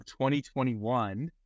2021